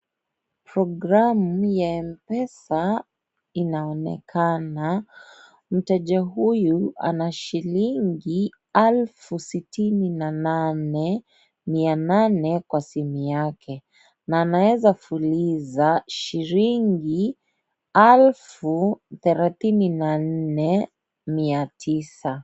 Programu ya M-pesa inaonekana, mteja huyu ana shilingi elfu sitini na nane, mia nane kwa simu yake. Na anaweza fuliza shilingi elfu thelathini na nne mia tisa.